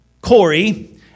Corey